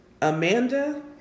Amanda